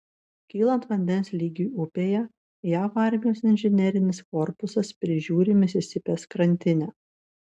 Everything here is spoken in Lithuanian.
kylant vandens lygiui upėje jav armijos inžinerinis korpusas prižiūri misisipės krantinę